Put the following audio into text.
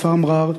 מכפר מע'אר,